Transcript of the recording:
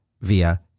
via